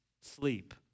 sleep